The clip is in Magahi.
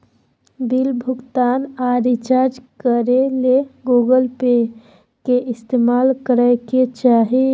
बिल भुगतान आर रिचार्ज करे ले गूगल पे के इस्तेमाल करय के चाही